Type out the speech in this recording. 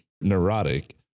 neurotic